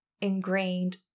ingrained